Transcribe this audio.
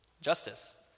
Justice